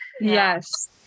Yes